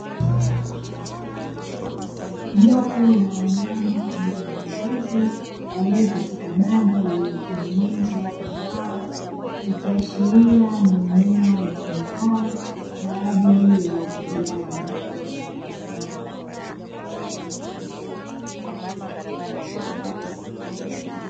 Jopo la wanyama aina ya mbuzi walio katika banda lililotengenezwa kwa mbao, likiashiria ni eneo litumikalo kwa ajili ya ufugaji wa wanyama hao.